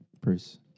Bruce